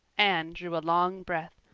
anne drew a long breath.